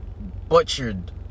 butchered